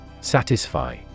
Satisfy